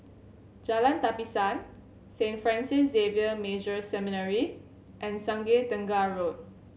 Jalan Tapisan Saint Francis Xavier Major Seminary and Sungei Tengah Road